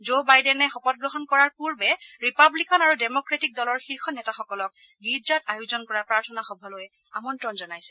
জ' বাইডেন শপতগ্ৰহণ কৰাৰ পূৰ্বে ৰিপাৱিকান আৰু ডেম'ক্ৰেটিক দলৰ শীৰ্ষ নেতাসকলক গিৰ্জাত আয়োজন কৰা প্ৰাৰ্থনা সভালৈ আমন্ত্ৰণ জনাইছে